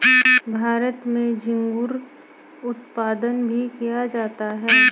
भारत में झींगुर उत्पादन भी किया जाता है